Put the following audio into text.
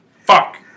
fuck